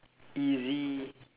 easy